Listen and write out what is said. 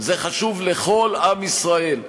זה חשוב לכל עם ישראל.